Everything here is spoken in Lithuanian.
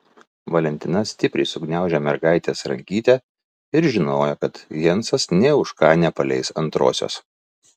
valentina stipriai sugniaužė mergaitės rankytę ir žinojo kad jensas nė už ką nepaleis antrosios